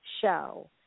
show